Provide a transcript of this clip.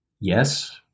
Yes